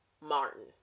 Martin